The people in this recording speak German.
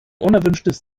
unerwünschtes